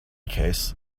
case